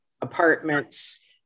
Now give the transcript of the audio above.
apartments